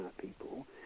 people